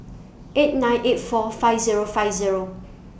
eight nine eight four five Zero five Zero